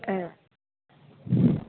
ए